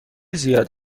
زیاد